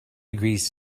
degrees